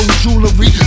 jewelry